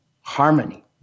harmony